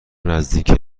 نزدیک